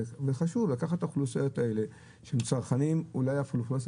וחשוב לקחת את האוכלוסיות האלה שהם צרכנים אולי אפילו האוכלוסיה